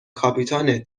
کاپیتان